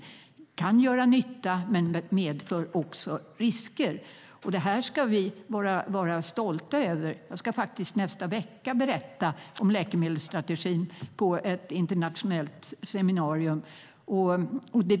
De kan göra nytta men medför också risker. Detta ska vi vara stolta över. Nästa vecka ska jag berätta om läkemedelsstrategin på ett internationellt seminarium.